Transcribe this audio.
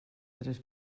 tres